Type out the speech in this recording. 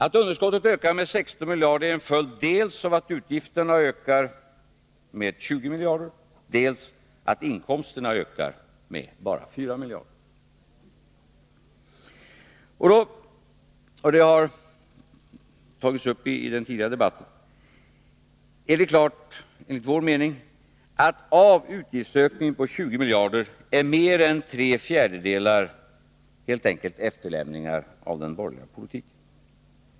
Att underskottet ökar med 16 miljarder är en följd dels av att utgifterna ökar med 20 miljarder, dels av att inkomsterna ökar med bara 4 miljarder. Det är enligt vår mening klart — det har också tagits upp i den tidigare debatten — att mer än tre fjärdedelar av denna utgiftsökning på 20 miljarder helt enkelt är efterlämningar av den borgerliga politiken.